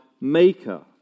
maker